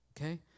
okay